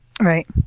right